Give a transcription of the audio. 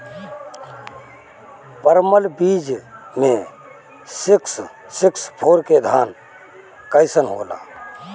परमल बीज मे सिक्स सिक्स फोर के धान कईसन होला?